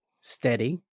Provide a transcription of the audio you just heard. steady